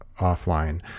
offline